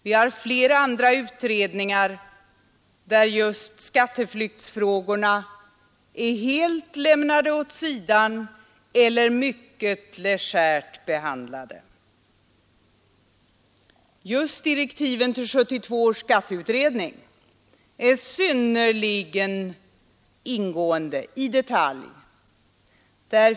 Vi har flera andra utredningar där skatteflyktsfrågorna är helt lämnade åt sidan eller mycket legärt behandlade. Just direktiven till 1972 års skatteutredning är synnerligen ingående.